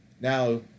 now